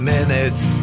Minutes